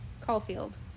Caulfield